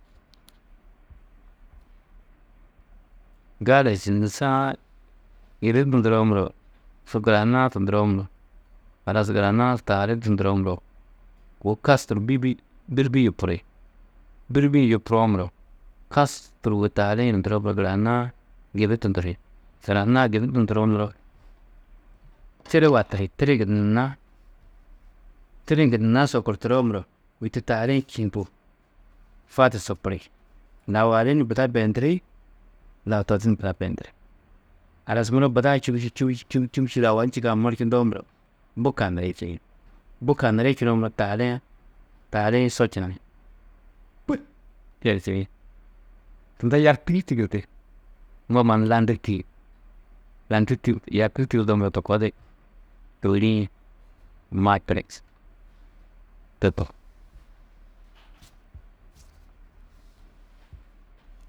gali yûdugusu-ã gibi dunduroo muro su gurahunu-ã tunduroo muro halas gurahunu-ã su tahali dunduroo muro wô kasturu bîbi, bîrbi yupuri, bîrbi-ĩ yupuroo muro kasturu wô tahali-ĩ yunu nduroo muro gurahunu-ã gibi dunduri, gurahunu-ã gibi dunduroo muro, tiri watiri, tiri-ĩ gunna, tiri-ĩ gunna sokurturoo muro, kôi to tahali-ĩ čîĩ hi bu fadi sopuri, lau a di ni buda beendiri, lau to di buda beendiri, halas muro buda-ã čubî, čî, čubî čî, čubî čî lau a di ni čîkã morčundoo muro, bu kaniri čini, bu kaniri čunoo muro, tahali-ĩ, tahali-ĩ hi so činai, pût yerčini, tunda vyarkirî tigirdi, mbo mannu landirî tîyi, yarkirî tigirdoo muro to koo di čôhuri-ĩ hi.